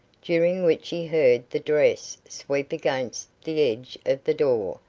during which he heard the dress sweep against the edge of the door,